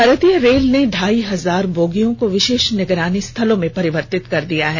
भारतीय रेल ने ढाई हजार बोगियों को विशेष निगरानी स्थलों में परिवर्तित कर दिया है